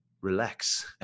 relax